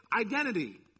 identity